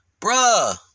Bruh